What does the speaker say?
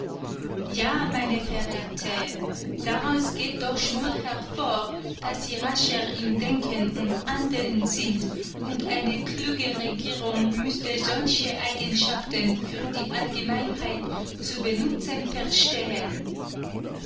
ja meine verehrten daraus geht doch nur hervor daß sie rascher im denken und handeln sind und eine kluge regierung müßte solche eigenschaften für die allgemeinheit zu benutzen verstehen